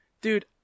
Dude